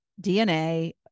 DNA